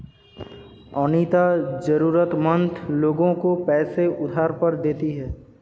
अनीता जरूरतमंद लोगों को पैसे उधार पर देती है